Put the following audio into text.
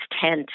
tent